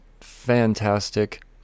fantastic